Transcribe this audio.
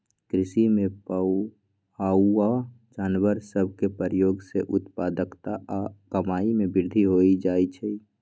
कृषि में पोअउऔ जानवर सभ के प्रयोग से उत्पादकता आऽ कमाइ में वृद्धि हो जाइ छइ